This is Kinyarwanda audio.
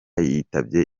yitabye